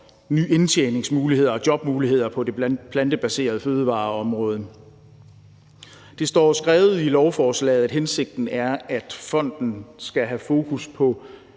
nye indtjeningsmuligheder samt jobmuligheder på det plantebaserede fødevareområde. Det står skrevet i lovforslaget, at hensigten er, at fonden skal have fokus på